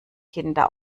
kinder